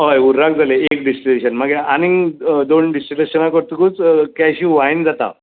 हय उर्राक जालें एक डिस्टिलेशन मागीर आनीक दोन डिस्टिलेशन काडटकच कॅज्यू वायन जाता